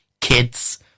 Kids